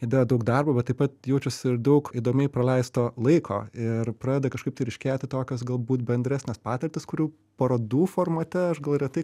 įdeda daug darbo bet taip pat jaučiasi ir daug įdomiai praleisto laiko ir pradeda kažkaip tai ryškėti tokios galbūt bendresnės patirtys kurių parodų formate aš gal retai